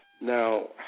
Now